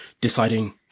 deciding